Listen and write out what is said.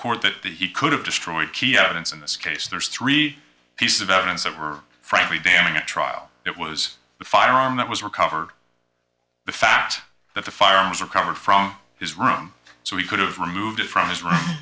court that he could have destroyed key evidence in this case there's three piece of evidence that were frankly damning at trial it was the firearm that was recovered the fact that the firearm was recovered from his room so he could have removed it from his room